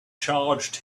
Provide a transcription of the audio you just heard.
charged